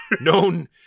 known